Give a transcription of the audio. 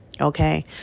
Okay